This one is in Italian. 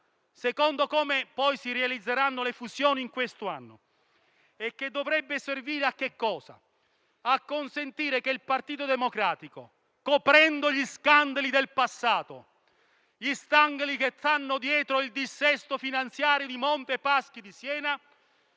seconda di come poi si realizzeranno le fusioni in questo anno, e che dovrebbe servire a consentire al Partito Democratico, coprendo gli scandali del passato che stanno dietro il dissesto finanziario di Monte dei Paschi di Siena,